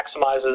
maximizes